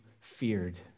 feared